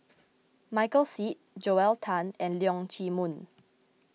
Michael Seet Joel Tan and Leong Chee Mun